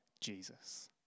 Jesus